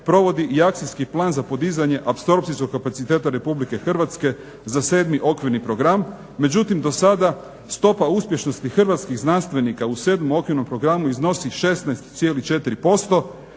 provodi i Akcijski plan za podizanje apsorpcijskog kapaciteta Republike Hrvatske za 7. Okvirni program, međutim do sada stopa uspješnosti hrvatskih znanstvenika u 7. Okvirnom programu iznosi 16,4%,